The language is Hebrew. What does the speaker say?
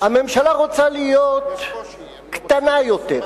הממשלה רוצה להיות קטנה יותר,